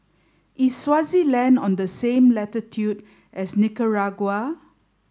is Swaziland on the same latitude as Nicaragua